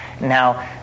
now